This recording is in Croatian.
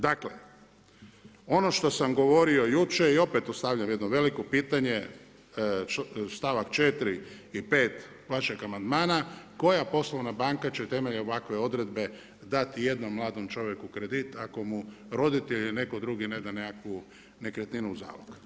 Dakle, ono što sam govorio jučer i opet postavljam jedno veliko pitanje stavak 4. i 5. vašeg amandmana koja poslovna banka će temeljem ovakve odredbe dati jednom mladom čovjeku kredit ako mu roditelj ili netko drugi ne da nekakvu nekretninu u zalog.